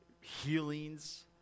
healings